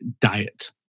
diet